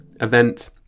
event